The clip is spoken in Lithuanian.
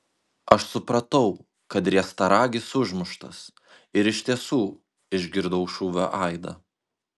aš supratau kad riestaragis užmuštas ir iš tiesų išgirdau šūvio aidą